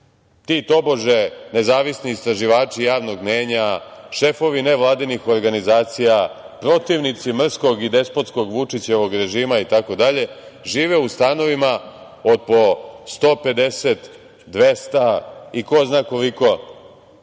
ti tobože nezavisni istraživači javnog mnjenja, šefovi nevladinih organizacija, protivnici mrskog i despotskog Vučićevog režima itd, žive u stanovima od po 150, 200 i ko zna koliko